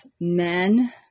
men